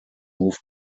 move